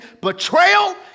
Betrayal